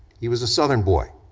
he was a southern boy,